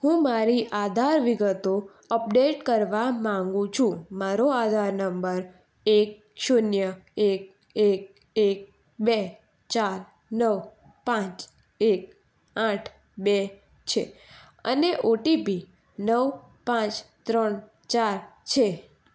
હું મારી આધાર વિગતો અપડેટ કરવા માગું છું મારો આધાર નંબર એક શૂન્ય એક એક એક બે ચાર નવ પાંચ એક આઠ બે છે અને ઓટીપી નવ પાંચ ત્રણ ચાર છે